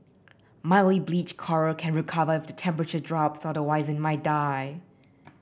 mildly bleached coral can recover if the temperature drops otherwise it may die